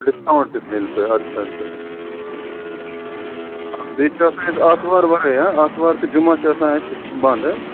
discount تہِ مٮ۪لہِ تۄہہِ آدٕ سا آدٕ سا ٹھیٖک چھُ بیٚیہِ چھِ آسان أسۍ آتھوار ورٲے آتھوار تہٕ جُمع چھُ آسان اَسہِ بنٛد